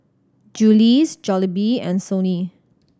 Julie's Jollibee and Sony